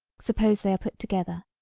suppose they are put together,